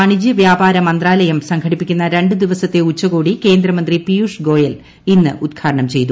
വാണിജ്യ വ്യാപാര മന്ത്രാലയം സംഘടിപ്പിക്കുന്ന രണ്ട് ദിവസത്തെ ഉച്ചകോടി കേന്ദ്രമന്ത്രി പിയൂഷ് ഗോയൽ ഇന്ന് ഉദ്ഘാടനം ചെയ്തു